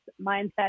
mindset